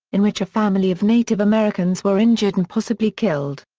in which a family of native americans were injured and possibly killed.